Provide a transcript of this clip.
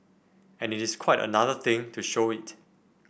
and it is quite another thing to show it